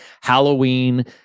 Halloween